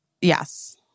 Yes